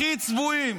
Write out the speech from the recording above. הכי צבועים.